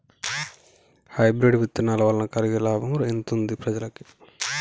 Hybrid విత్తనాల వలన కలిగే లాభం ఎంతుంది ప్రజలకి?